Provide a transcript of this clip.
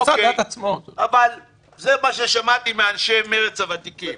זה מה ששמעתי מאנשי מרצ הוותיקים.